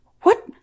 What